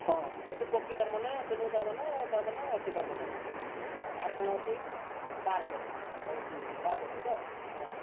ହଁ ପଶୁପକ୍ଷୀ ତାର୍ମାନେ ସେନୁ ତାର୍ମାନେ ତାର୍ମାନେ ଅଛେ ତାର୍ମାନେ ହଁ ଆର୍ କାଣା ଅଛେ ପାର୍କ୍ ଅଛେ ହଉ ଠିକ୍ ଅଛେ ପାର୍କ୍ ଅଛେ ତ ହଁ